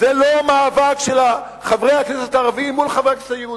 זה לא מאבק של חברי הכנסת הערבים מול חברי הכנסת היהודים.